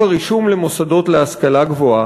חוק הרישום למוסדות להשכלה גבוהה,